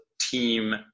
team